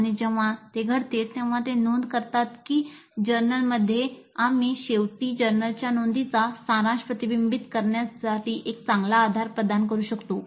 आणि जेव्हा ते घडते तेव्हा ते जर्नलमध्ये नोंद करतात आणि शेवटी जर्नलच्या नोंदींचा सारांश प्रतिबिंबित करण्यासाठी एक चांगला आधार प्रदान करू शकतो